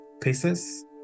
pieces